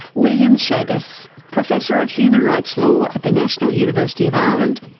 william schabas, professor of human rights law at the national university of ireland.